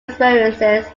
experiences